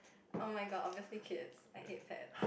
oh-my-god obviously kids I hate pet